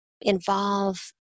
involve